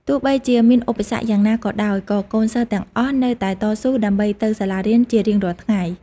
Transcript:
ទោះបីជាមានឧបសគ្គយ៉ាងណាក៏ដោយ ក៏កូនសិស្សទាំងអស់នៅតែតស៊ូ ដើម្បីទៅសាលារៀនជារៀងរាល់ថ្ងៃ។